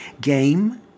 Game